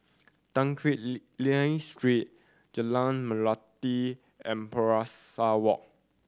Tan Quee Lan Street Jalan Melati and Pesari Walk